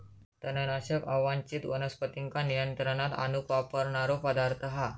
तणनाशक अवांच्छित वनस्पतींका नियंत्रणात आणूक वापरणारो पदार्थ हा